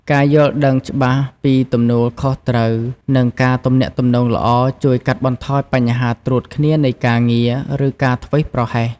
ការយល់ដឹងច្បាស់ពីទំនួលខុសត្រូវ និងការទំនាក់ទំនងល្អ ជួយកាត់បន្ថយបញ្ហាត្រួតគ្នានៃការងារ ឬការធ្វេសប្រហែស។